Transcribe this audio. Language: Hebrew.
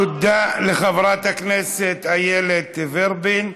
תודה לחברת הכנסת איילת ורבין.